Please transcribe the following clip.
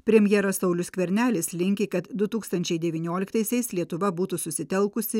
premjeras saulius skvernelis linki kad du tūkstančiai devynioliktaisiais lietuva būtų susitelkusi